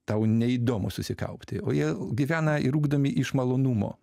tau neįdomu susikaupti o jie gyvena ir ugdomi iš malonumo